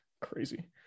Crazy